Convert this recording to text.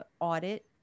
audit